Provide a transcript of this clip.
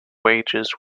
wages